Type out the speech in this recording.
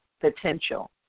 potential